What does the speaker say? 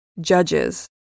judges